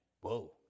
Whoa